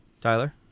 Tyler